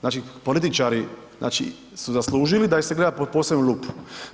Znači, političari su zaslužili da ih se gleda pod posebnom lupom.